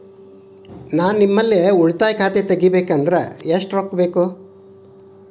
ನಾ ನಿಮ್ಮಲ್ಲಿ ಉಳಿತಾಯ ಖಾತೆ ತೆಗಿಬೇಕಂದ್ರ ಎಷ್ಟು ರೊಕ್ಕ ಬೇಕು?